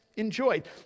Enjoyed